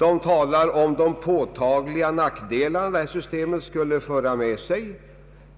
Organisationen talar om de påtagliga nackdelar som systemet skulle föra med sig.